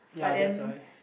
ya that's why